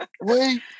Wait